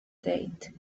date